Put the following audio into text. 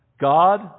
God